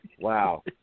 Wow